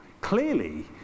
clearly